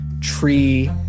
tree